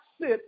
sit